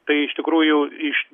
tai iš tikrųjų iš